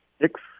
six